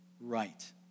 right